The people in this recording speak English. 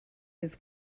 his